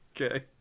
Okay